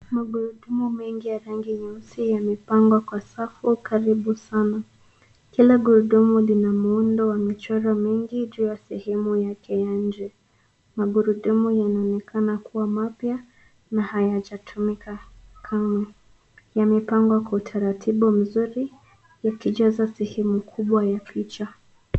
Magurudumu mengi ya rangi nyeusi yamepangwa kwa safu karibu sana. Kila gurudumu lina muundo wa michoro mingi juu ya sehemu ya nje yake. Magurudumu yanaonekana kuwa mapya na hayajatumika kamwe. Yamepangwa kwa utaratibu mzuri yakijaza sehemu kubwa ya picha.